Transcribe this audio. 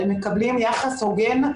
הם מקבלים יחס הוגן,